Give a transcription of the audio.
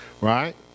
right